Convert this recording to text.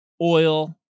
oil